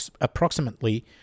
approximately